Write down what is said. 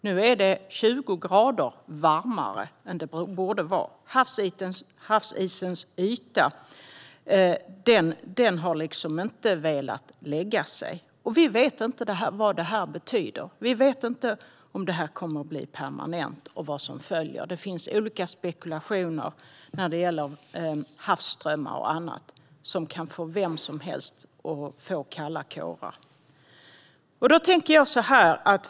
Nu är det 20 grader varmare än det borde vara. Havsisen har liksom inte velat lägga sig. Vi vet inte vad det betyder. Vi vet inte om det kommer att bli permanent och vad som följer. Det finns olika spekulationer när det gäller havsströmmar och annat som kan ge vem som helst kalla kårar.